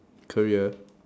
career